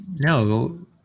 No